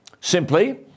Simply